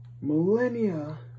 Millennia